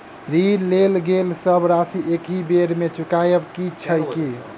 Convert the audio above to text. ऋण लेल गेल सब राशि एकहि बेर मे चुकाबऽ केँ छै की?